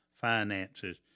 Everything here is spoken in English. finances